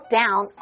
down